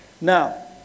Now